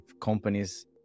companies